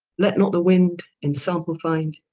let not the winde example finde,